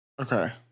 Okay